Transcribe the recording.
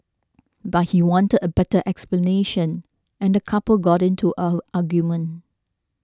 but he wanted a better explanation and the couple got into an argument